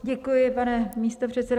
Děkuji, pane místopředsedo.